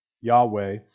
Yahweh